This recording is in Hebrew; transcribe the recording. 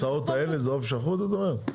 הצעות האלה זה עוף שחוט את אומרת?